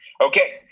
Okay